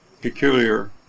peculiar